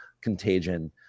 contagion